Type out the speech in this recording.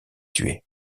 tué